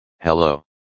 hello